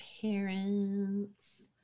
parents